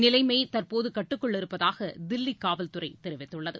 நிலைமை தற்போதுகட்டுக்குள் இருப்பதாகதில்லிகாவல்துறைதெரிவித்துள்ளது